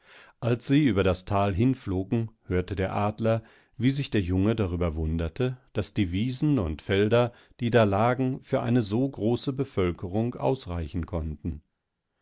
als sie über das tal hinflogen hörte der adler wie sich der junge darüber wunderte daß die wiesen und felder die da lagen für eine so große bevölkerung ausreichen konnten